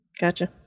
gotcha